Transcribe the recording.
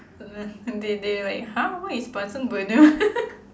uh they they like !huh! what is bunsen burner